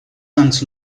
sants